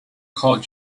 called